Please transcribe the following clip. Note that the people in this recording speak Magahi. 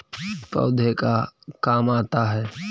पौधे का काम आता है?